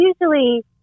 usually